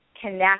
connect